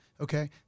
okay